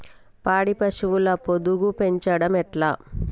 పాడి పశువుల పొదుగు పెంచడం ఎట్లా?